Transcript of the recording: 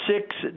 six